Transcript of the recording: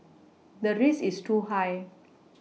the risk is too high